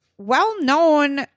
well-known